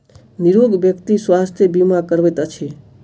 निरोग व्यक्ति स्वास्थ्य बीमा करबैत अछि